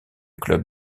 club